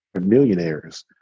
millionaires